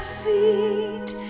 feet